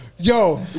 Yo